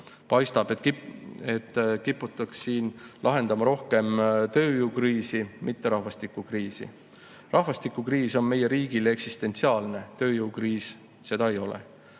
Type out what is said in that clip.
Paistab, et siin kiputakse lahendama rohkem tööjõukriisi, mitte rahvastikukriisi. Rahvastikukriis on meie riigile eksistentsiaalne, tööjõukriis seda ei ole.